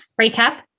recap